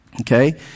Okay